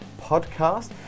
podcast